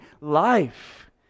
life